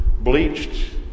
bleached